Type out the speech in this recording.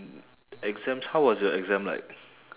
exams how was your exam like